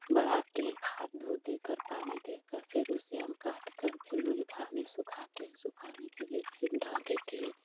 बढ़ाते हैं खाद्य उद देकर पानी देकर फ़िर उसे हम काटकर फ़िर वही घाम में सुखाते है सुखाने के बाद फ़िर ढाह देते हैं